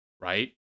right